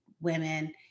women